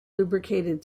lubricated